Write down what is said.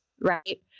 Right